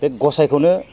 बे गसायखौनो